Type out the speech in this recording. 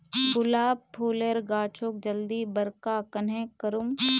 गुलाब फूलेर गाछोक जल्दी बड़का कन्हे करूम?